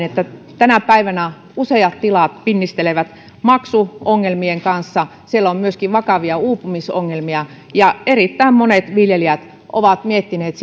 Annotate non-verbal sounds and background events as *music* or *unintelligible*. *unintelligible* että tänä päivänä useat tilat pinnistelevät maksuongelmien kanssa siellä on myöskin vakavia uupumisongelmia ja erittäin monet viljelijät ovat miettineet *unintelligible*